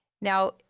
Now